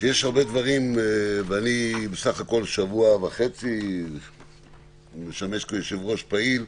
אני בסך הכול שבוע וחצי משמש כיושב-ראש פעיל,